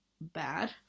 bad